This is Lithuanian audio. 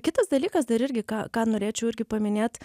kitas dalykas dar irgi ką ką norėčiau irgi paminėt